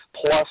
plus